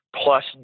plus